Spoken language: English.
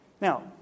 now